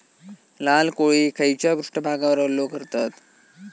लाल कोळी खैच्या पृष्ठभागावर हल्लो करतत?